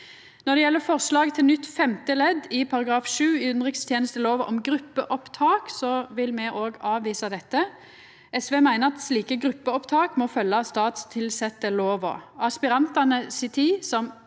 Når det gjeld forslaget til nytt femte ledd i § 7 i utanrikstenestelova om gruppeopptak, vil me òg avvisa dette. SV meiner at slike gruppeopptak må følgja statstilsettelova. Aspirantane si tid som